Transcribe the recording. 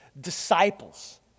disciples